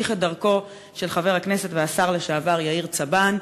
שהמשיך את דרכו של חבר הכנסת והשר לשעבר יאיר צבן.